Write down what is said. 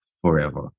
forever